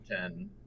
ten